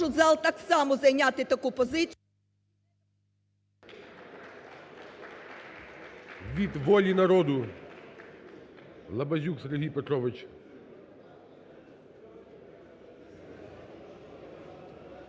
Від "Волі народу" Лабазюк Сергій Петрович.